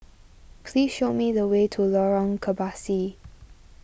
please show me the way to Lorong Kebasi